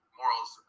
morals